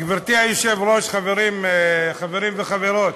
גברתי היושבת-ראש, חברים וחברות,